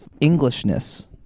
Englishness